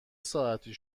ساعتی